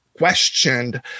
questioned